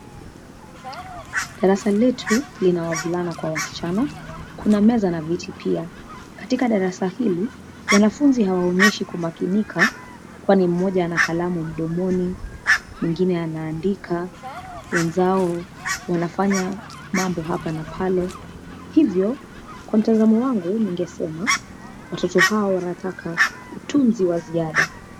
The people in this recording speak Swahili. Darasa letu lina wavulana kwa wasichana, kuna meza na viti pia. Katika darasa hili wanafunzi hawaonyeshi kumakinika kwani mmoja ana kalamu mdomoni, mwingne anaandika, wenzao wanafanya mambo hapa na pale hivyo kwa mtazamo wangu ningesema watoto hawa wanataka utunzi wa ziada,